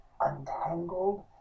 untangled